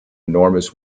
enormous